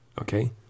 okay